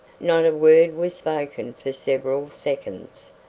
not a word was spoken for several seconds.